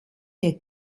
der